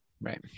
right